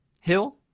Hill